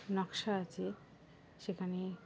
নকশা আছে সেখানে